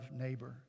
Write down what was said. neighbor